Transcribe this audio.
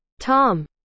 Tom